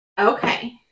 Okay